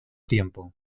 tiempo